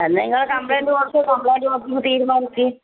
എന്നാൽ നിങ്ങൾ കംപ്ളേയിന്റ് കൊടുക്ക് കംപ്ളേയിന്റ് കൊടുക്ക് നിങ്ങൾ തീരുമാനിക്ക്